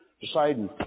deciding